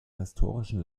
historischen